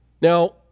now